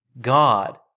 God